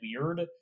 weird